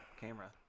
camera